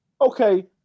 okay